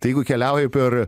tai jeigu keliauji per